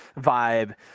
vibe